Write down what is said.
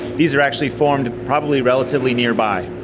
these are actually formed probably relatively nearby.